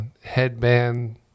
headband